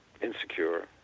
insecure